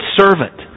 servant